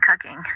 cooking